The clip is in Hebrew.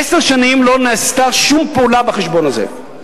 עשר שנים לא נעשתה שום פעולה בחשבון הזה.